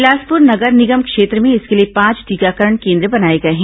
बिलासपुर नगर निगम क्षेत्र में इसके लिए पांच टीकाकरण केन्द्र बनाए गए हैं